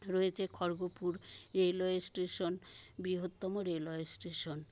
রয়েছে Kharagpur railway station বৃহত্তম railway station